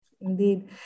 indeed